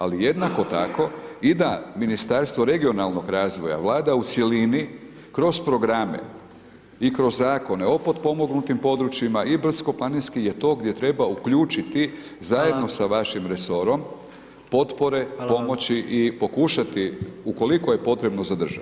Ali jednako tako i da Ministarstvo regionalnog razvoja, Vlada u cjelini kroz programe i kroz zakone o potpomognutim područjima i brdsko planinski je to gdje treba uključiti zajedno sa vašim resorom, potpore, pomoći i pokušati ukoliko je potrebno zadržati.